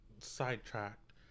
sidetracked